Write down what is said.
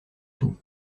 tout